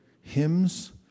hymns